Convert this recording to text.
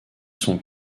sont